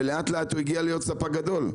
ולאט לאט הפך להיות ספק גדול.